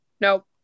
Nope